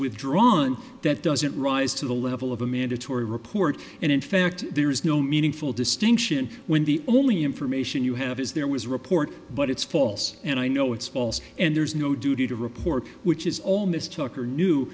withdrawn that doesn't rise to the level of a mandatory report and in fact there is no meaningful distinction when the only information you have is there was a report but it's false and i know it's false and there's no duty to report which is almost tucker knew